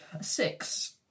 six